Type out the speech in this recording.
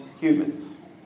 humans